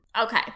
Okay